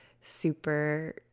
super